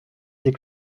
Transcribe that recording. ses